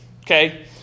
Okay